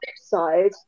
side